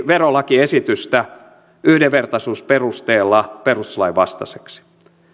verolakiesitystä yhdenvertaisuusperusteella perustuslain vastaiseksi